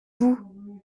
vous